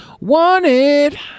wanted